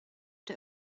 der